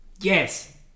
Yes